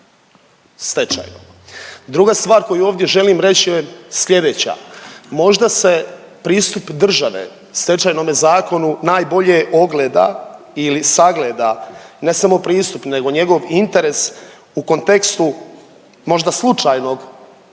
Druga stvar koju ovdje želim reći je sljedeća. Možda se pristup države stečajnome zakonu najbolje ogleda ili sagleda ne samo pristup, nego njegov interes u kontekstu možda slučajnog